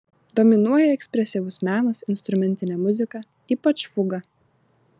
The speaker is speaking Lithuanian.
dominuoja ekspresyvus menas instrumentinė muzika ypač fuga